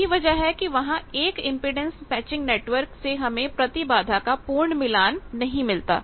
यही वजह है कि वहां 1 इंपेडेंस मैचिंग नेटवर्क से हमें प्रतिबाधा का पूर्ण मिलान नहीं मिलता